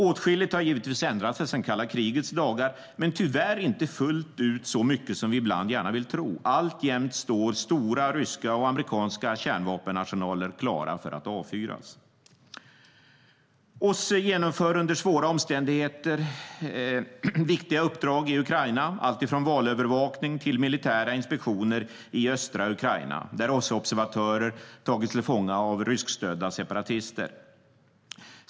Åtskilligt har givetvis ändrat sig sedan kalla krigets dagar, men tyvärr inte fullt så mycket som vi ibland gärna vill tro. Alltjämt står stora ryska och amerikanska kärnvapenarsenaler klara att avfyras. OSSE genomför under svåra omständigheter viktiga uppdrag i Ukraina, alltifrån valövervakning till militära inspektioner i östra Ukraina, där OSSE-observatörer tagits tillfånga av ryskstödda separatister.